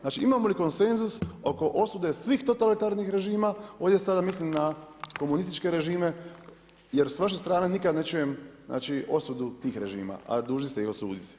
Znači imamo li konsenzus oko osude svih totalitarnih režima, ovdje sada mislim na komunističke režime, jer s vaše strane nikad ne čujem osudu tih režima a dužni ste ih osuditi?